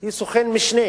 היא סוכן משנה